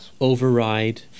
Override